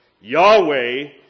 Yahweh